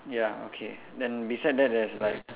ya okay then beside there there's like